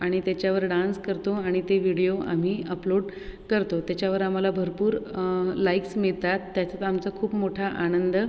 आणि त्याच्यावर डान्स करतो आणि ते विडीओ आम्ही अपलोड करतो त्याच्यावर आम्हाला भरपूर लाईक्स् मिळतात त्याच्यात आमचा खूप मोठा आनंद